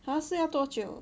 !huh! 是要多久